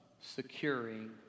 securing